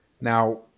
Now